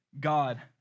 God